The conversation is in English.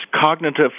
cognitive